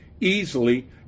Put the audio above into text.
easily